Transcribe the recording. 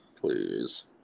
please